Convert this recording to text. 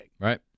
Right